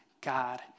God